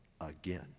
again